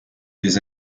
des